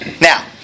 Now